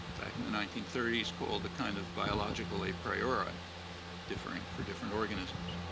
back in the nineteen thirty s, called a kind of biological a priori differing for different organisms.